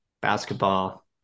basketball